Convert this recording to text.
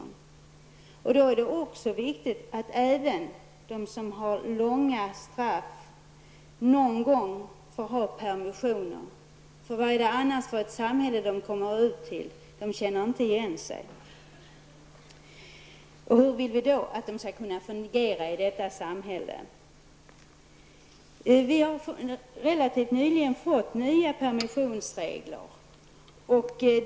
Men då är det också viktigt att även de som har tilldömts fängelse under en lång tid någon gång får permission, för annars känner de inte igen sig i det samhälle som de kommer ut till. Hur vill vi då att dessa människor skall fungera i samhället? Relativt nyligen fick vi nya permissionsregler.